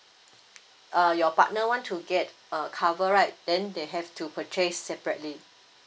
uh your partner want to get a cover right then they have to purchase separately